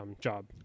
job